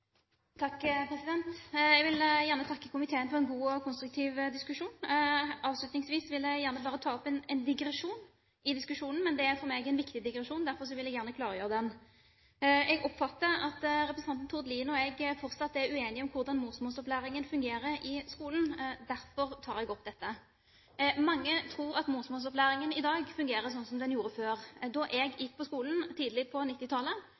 Jeg vil gjerne takke komiteen for en god og konstruktiv diskusjon. Avslutningsvis vil jeg gjerne ta opp en digresjon i diskusjonen, men det er for meg en viktig digresjon. Derfor vil jeg gjerne klargjøre den. Jeg oppfatter at representanten Tord Lien og jeg fortsatt er uenige om hvordan morsmålsopplæringen fungerer i skolen – derfor tar jeg opp dette. Mange tror at morsmålsopplæringen i dag fungerer som den gjorde før. Da jeg gikk på skolen, tidlig på